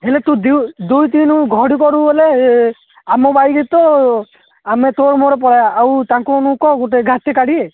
ହେଲେ ତୁ ଦିଉ ଦୁଇ ତିନୁ ଘଡ଼ିପଡ଼ୁ ବୋଲେ ଇଏ ଆମ ବାଇକ୍ ତ ଆମେ ତୋ'ର ମୋର ପଳେଇବା ଆଉ ତାଙ୍କୁ ମୁଁ କହ ଗୋଟେ ଘାଟି କାଢ଼ିବେ